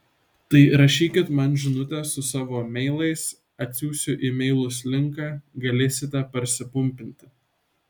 tai rašykit man žinutes su savo meilais atsiųsiu į meilus linką galėsite parsipumpinti